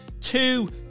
two